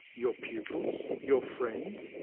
your pupils, your friends,